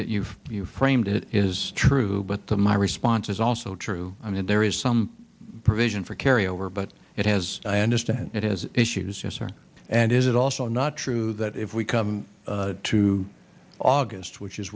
that you've framed it is true but the my response is also true i mean there is some provision for carry over but it has i understand it has issues yes sir and is it also not true that if we come to august which is